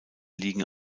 liegen